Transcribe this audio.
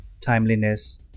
timeliness